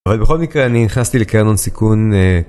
אבל בכל מקרה אני נכנסתי לקרן הון סיכון.